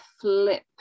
flip